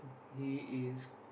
he is